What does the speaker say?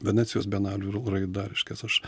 venecijos bienalių raida reiškias aš